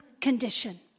condition